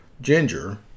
ginger